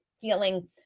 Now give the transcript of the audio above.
feeling